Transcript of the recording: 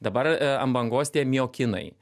dabar ant bangos tie miokinai